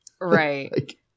right